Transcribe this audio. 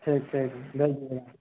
ٹھیک ٹھیک بھیج دیجیے گا